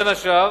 בין השאר,